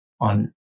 on